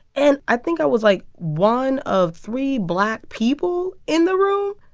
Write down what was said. and i think i was, like, one of three black people in the room.